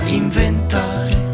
inventare